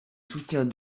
soutiens